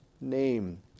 name